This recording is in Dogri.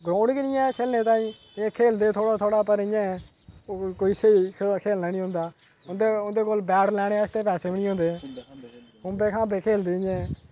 ग्राउंड गै निं खेलने ताईं ते खेलदे थोह्ड़ा पर इ'यां ऐ कोई स्हेई खेलना निं होंदा उं'दे उं'दे कोल बैट लैने आस्तै पैसे निं होंदे खुम्बे खम्बे खेलदे इ'यां गै